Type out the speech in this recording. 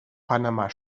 panama